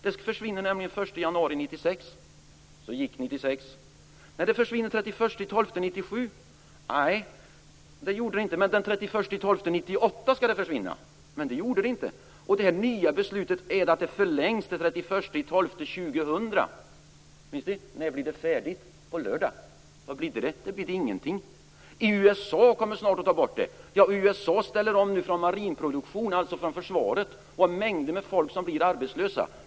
Det försvinner nämligen den 1 december 1997 - nej, det gjorde det inte. Men den 31 december 1998 skall det försvinna - nej, det gjorde det inte. Det nya beslutet är att det förlängs till den 31 december 2000. Ministern, när blir det här färdigt? På lördag. Vad bidde det? Det bidde ingenting. I USA kommer man snart att ta bort det. Ja, USA ställer nu om från marin produktion, alltså från försvaret. En mängd människor blir arbetslösa.